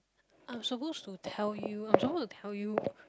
I'm supposed to tell you I'm supposed to tell you